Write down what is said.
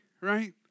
right